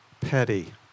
petty